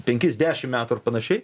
penkis dešim metų ar panašiai